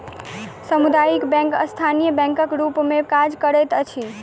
सामुदायिक बैंक स्थानीय बैंकक रूप मे काज करैत अछि